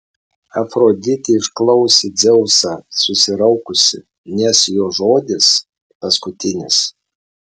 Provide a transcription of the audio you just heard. afroditė išklausė dzeusą susiraukusi nes jo žodis paskutinis